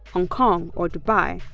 hong kong or dubai.